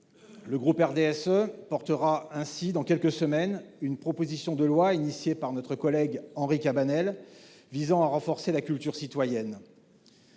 Le groupe RDSE défendra ainsi, dans quelques semaines, une proposition de loi, déposée par notre collègue Henri Cabanel, visant à renforcer la culture citoyenne.